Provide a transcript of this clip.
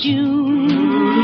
June